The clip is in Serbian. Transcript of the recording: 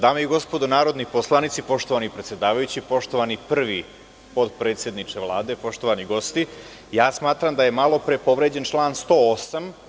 Dame i gospodo narodni poslanici, poštovani predsedavajući, poštovani prvi potpredsedniče Vlade, poštovani gosti, smatram da je malopre povređen član 108.